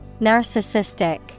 Narcissistic